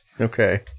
okay